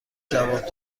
جواب